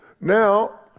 now